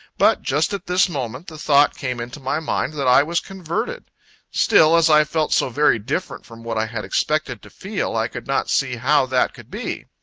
but, just at this moment, the thought came into my mind, that i was converted still, as i felt so very different from what i had expected to feel, i could not see how that could be.